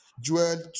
Joel